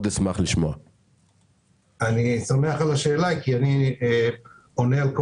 אין לי